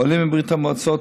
עולים מברית המועצות,